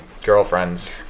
Girlfriends